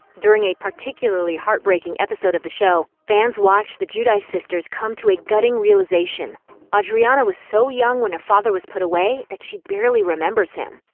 during a particularly heartbreaking episode of the show, fans watched the giudice sisters come to a gutting realization audriana was so young when her father was put away that she barely remembers him.